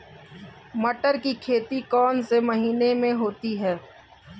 मटर की खेती कौन से महीने में होती है?